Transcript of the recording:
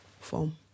form